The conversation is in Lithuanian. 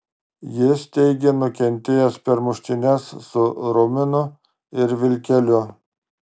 jis teigė nukentėjęs per muštynes su ruminu ir vilkeliu